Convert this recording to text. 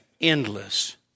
endless